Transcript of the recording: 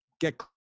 get